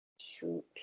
shoot